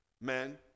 Men